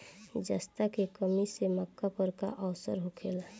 जस्ता के कमी से मक्का पर का असर होखेला?